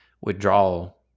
withdrawal